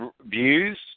views